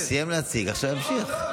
הוא סיים להציג, עכשיו הוא ימשיך.